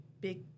big